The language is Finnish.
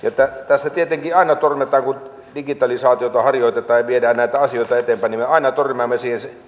tietenkin kun digitalisaatiota harjoitetaan ja viedään näitä asioita eteenpäin me aina törmäämme